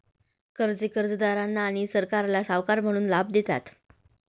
कर्जे कर्जदारांना आणि सरकारला सावकार म्हणून लाभ देतात